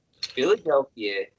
Philadelphia